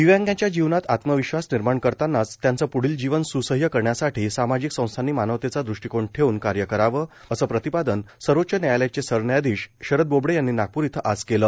दिव्यांगांच्या जीवनात आत्मविश्वास निर्माण करतानाच त्याचं प्ढील जीवन सुसह्य करण्यासाठी सामाजिक संस्थांनी मानवतेचा दृष्टिकोन ठेवून कार्य करावं असं प्रतिपादन सर्वोच्च न्यायालयाचे सरन्यायाधीश शरद बोबडे यांनी नागपूर इथं आज केलं